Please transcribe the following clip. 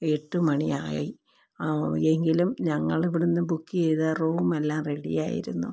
എട്ടു മണിയായി എങ്കിലും ഞങ്ങളിവിടുന്ന് ബുക്ക് ചെയ്ത് റൂമെല്ലാം റെഡിയായിരുന്നു